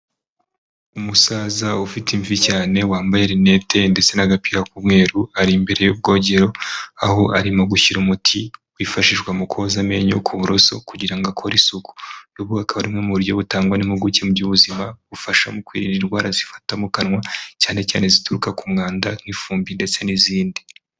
Umusaza ufite imvi cyane wambaye linete ndetse n'agapira k'umweru ari imbere y'ubwogero aho arimo gushyira umuti wifashishwa mu koza amenyo ku buroso kugira ngo akore isuku. Ubu akaba ari uburwo bumwe mu buryo butangwa n'impuguke mu by'ubuzima bufasha mu kwirinda indwara zifata mu kanwa cyane cyane zituruka ku mwanda nk'ifumbi ndetse n'izindi.